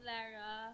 Lara